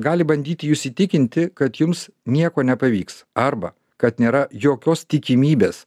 gali bandyti jus įtikinti kad jums nieko nepavyks arba kad nėra jokios tikimybės